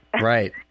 Right